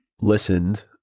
Listened